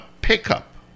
pickup